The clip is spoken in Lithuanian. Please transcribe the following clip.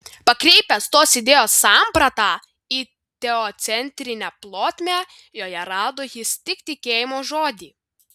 pakreipęs tos idėjos sampratą į teocentrinę plotmę joje rado jis tik tikėjimo žodį